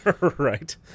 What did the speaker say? Right